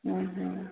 ଉଁ ହୁଁ